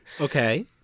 Okay